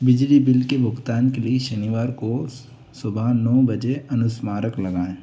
बिजली बिल के भुगतान के लिए शनिवार को ससुबह नौ बजे अनुस्मारक लगाएँ